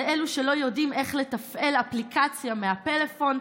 זה אלו שלא יודעים איך לתפעל אפליקציה בפלאפון,